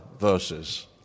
verses